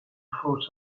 foot